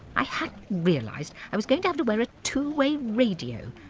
i hadn't realised i was going to have to wear a two way radio,